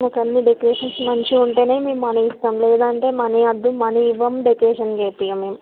మాకు అన్నీ డెకరేషన్స్ మంచిగా ఉంటే మేము మనీ ఇస్తాం లేదంటే మనీ వద్దు మనీ ఇవ్వం డెకరేషన్ చేయించం